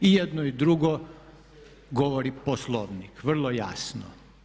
I jedno i drugo govori poslovnik vrlo jasno.